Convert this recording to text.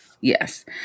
Yes